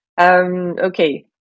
okay